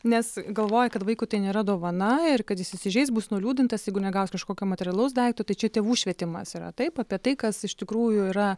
nes galvoja kad vaikui tai nėra dovana ir kad jis įsižeis bus nuliūdintas jeigu negaus kažkokio materialaus daikto tai čia tėvų švietimas yra taip apie tai kas iš tikrųjų yra